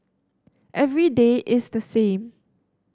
every day is the same